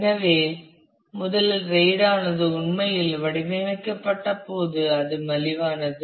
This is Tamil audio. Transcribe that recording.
எனவே முதலில் RAID ஆனது உண்மையில் வடிவமைக்கப்பட்டபோது இது மலிவானது